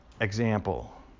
example